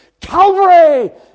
Calvary